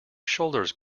shoulders